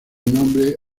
nombre